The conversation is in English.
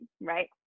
right